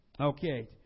Okay